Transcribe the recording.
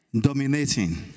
dominating